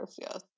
yes